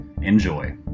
Enjoy